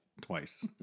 Twice